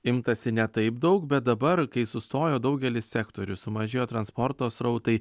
imtasi ne taip daug bet dabar kai sustojo daugelis sektorių sumažėjo transporto srautai